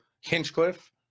Hinchcliffe